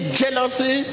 jealousy